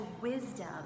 wisdom